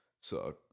suck